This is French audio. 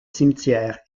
cimetière